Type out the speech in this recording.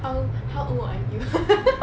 how how old are you